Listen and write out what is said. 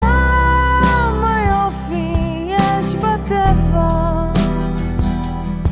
כמה יופי יש בטבע?